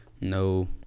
no